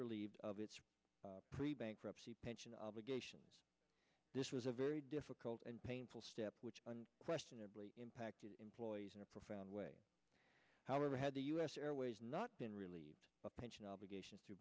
relieved of its pre bankruptcy pension obligations this was a very difficult and painful step which questionably impacted employees in a profound way however had the us airways not been really the pension obligations through